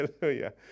Hallelujah